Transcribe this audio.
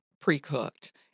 pre-cooked